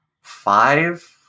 five